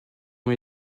ont